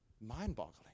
mind-boggling